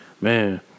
Man